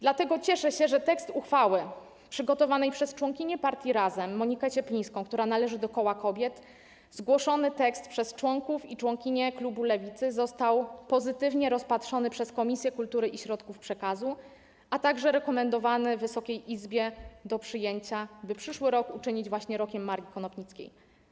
Dlatego cieszę się, że tekst uchwały przygotowanej przez członkinię partii Razem Monikę Cieplińską, która należy do koła kobiet, tekst zgłoszony przez członków i członkinie klubu Lewicy został pozytywnie rozpatrzony przez Komisję Kultury i Środków Przekazu, a także rekomendowany Wysokiej Izbie do przyjęcia, by przyszły rok uczynić właśnie rokiem Marii Konopnickiej.